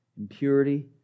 impurity